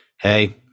hey